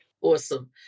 Awesome